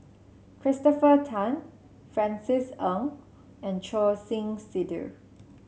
Christopher Tan Francis Ng and Choor Singh Sidhu